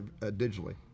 digitally